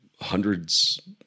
hundreds